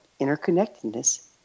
interconnectedness